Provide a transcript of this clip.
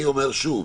שוב,